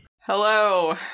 Hello